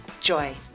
joy